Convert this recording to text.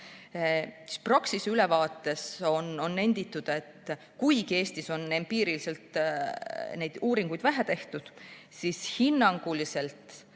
Praxise ülevaates on nenditud, et kuigi Eestis on empiiriliselt neid uuringuid vähe tehtud, siis hinnanguliselt